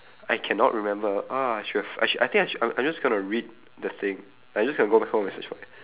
I cannot remember ah I should've I shou~ I think I should've I'm just going to read the thing I'm just going to go back home and search for it